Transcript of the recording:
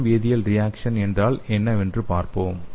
மின் வேதியியல் ரியேக்சன் என்றால் என்ன என்று பார்ப்போம்